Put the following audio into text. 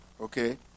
Okay